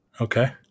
okay